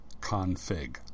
config